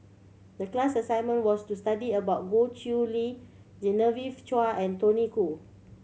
the class assignment was to study about Goh Chiew Lye Genevieve Chua and Tony Khoo